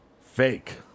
Fake